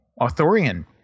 authorian